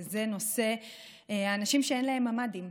וזה נושא האנשים שאין להם ממ"דים,